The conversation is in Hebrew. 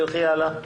תלכי הלאה.